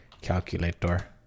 calculator